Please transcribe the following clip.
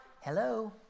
hello